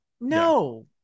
no